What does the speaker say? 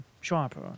sharper